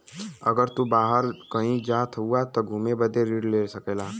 अगर तू बाहर कही जात हउआ त घुमे बदे ऋण ले सकेला